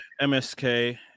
MSK